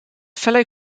fellow